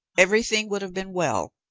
everything would have been well,